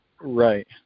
Right